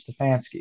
Stefanski